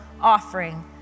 offering